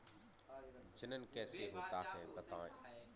जनन कैसे होता है बताएँ?